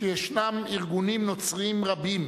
שיש ארגונים נוצריים רבים